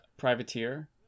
Privateer